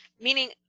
meaning